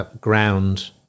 ground